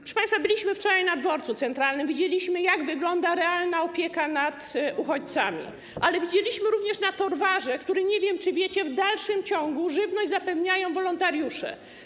Proszę państwa, byliśmy wczoraj na Dworcu Centralnym, widzieliśmy, jak wygląda realna opieka nad uchodźcami, ale widzieliśmy również, że na Torwarze - nie wiem, czy wiecie - w dalszym ciągu żywność zapewniają wolontariusze.